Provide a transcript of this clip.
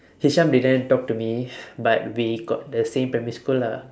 hisham didn't talk to me but we got the same primary school lah